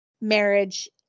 marriage